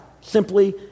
Simply